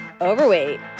overweight